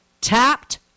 tapped